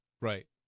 Right